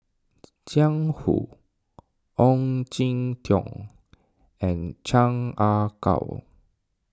Jiang Hu Ong Jin Teong and Chan Ah Kow